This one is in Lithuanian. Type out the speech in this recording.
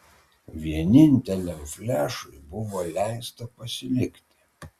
vieninteliam flešui buvo leista pasilikti